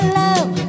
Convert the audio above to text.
love